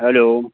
hello